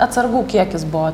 atsargų kiekis buvo